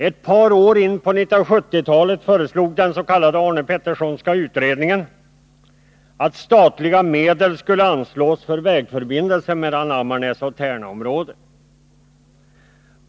Ett par år in på 1970-talet föreslog den s.k. Arne Petterssonska utredningen att statliga medel skulle anslås för vägförbindelsen mellan Ammarnäsoch Tärnaområdena.